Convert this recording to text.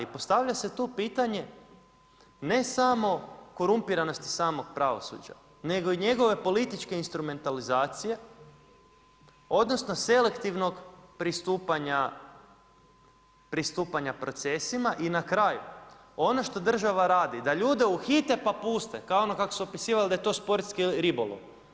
I postavlja se tu pitanje ne samo korumpiranosti samog pravosuđe, nego i njegove političke instrumentalizacije, odnosno selektivnog pristupanja procesima i na kraju, ono što država radi, da ljude uhite pa puste, kao ono kak su opisivali da je to sportski ribolov.